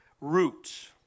roots